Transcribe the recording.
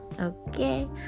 okay